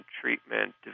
treatment